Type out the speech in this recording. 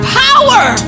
power